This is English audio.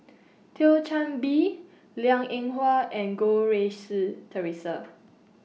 Thio Chan Bee Liang Eng Hwa and Goh Rui Si Theresa